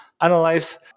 analyze